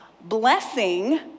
blessing